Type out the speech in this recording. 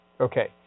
Okay